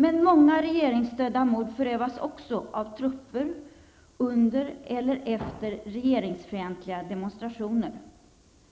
Men många regeringsstödda mord förövas också av trupper under eller efter regeringsfientliga demonstrationer.